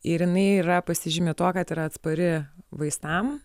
ir jinai yra pasižymi tuo kad yra atspari vaistam